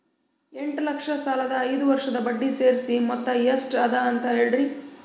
ಎಂಟ ಲಕ್ಷ ಸಾಲದ ಐದು ವರ್ಷದ ಬಡ್ಡಿ ಸೇರಿಸಿ ಮೊತ್ತ ಎಷ್ಟ ಅದ ಅಂತ ಹೇಳರಿ?